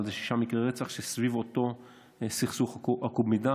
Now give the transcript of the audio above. אבל זה שישה מקרי רצח סביב אותו סכסוך עקוב מדם.